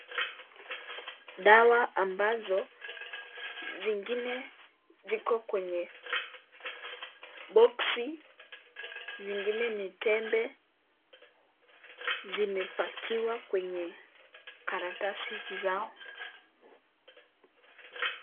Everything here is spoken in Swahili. Dawa ambazo zingine ziko kwenye (CS)boxi(CS), zingine ni tembe zimepakiwa kwenye karatasi zao.